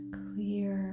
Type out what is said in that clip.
clear